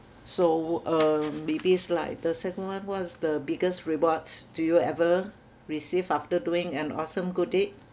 so uh maybe it's like the second one what is the biggest rewards do you ever receive after doing an awesome good deed